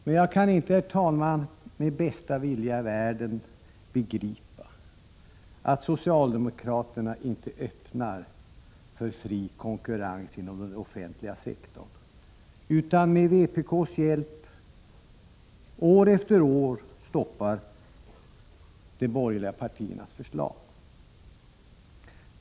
Men jag kan inte, herr talman, med bästa vilja i världen begripa att socialdemokraterna inte öppnar den offentliga sektorn för fri konkurrens, utan med vpk:s hjälp år efter år stoppar de borgerliga partiernas förslag.